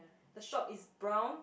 the shop is brown